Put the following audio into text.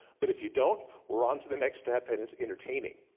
but if you don't we're on to the next step, and it's entertaining.